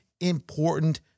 important